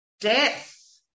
death